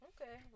Okay